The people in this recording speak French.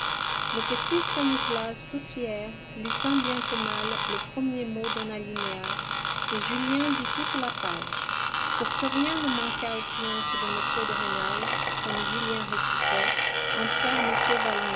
le petit stanislas tout fier lut tant bien que mal le premier mot d'un alinéa et julien dit toute la page pour que rien ne manquât au triomphe de m de rênal comme julien récitait